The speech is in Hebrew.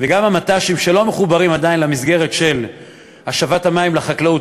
וגם במט"שים שלא מחוברים עדיין למסגרת של השבת המים לחקלאות